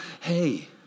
hey